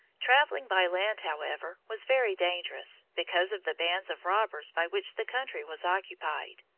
traveling by land, however, was very dangerous, because of the bands of robbers by which the country was occupied.